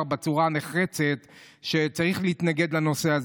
בצורה נחרצת שצריך להתנגד לנושא הזה.